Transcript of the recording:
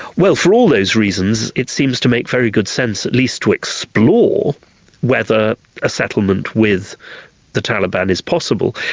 well, for all those reasons it seems to make a very good sense at least to explore whether a settlement with the taliban is possible,